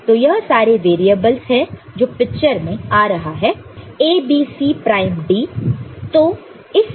तो यह सारे वैरियेबल्स है जो पिक्चर में आ रहे हैं A B C prime D